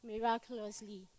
miraculously